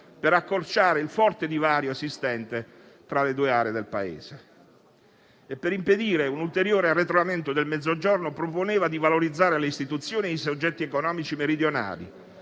per accorciare il forte divario esistente tra le due aree del Paese. Al fine di impedire un ulteriore arretramento del Mezzogiorno proponeva di valorizzare le istituzioni e i soggetti economici meridionali;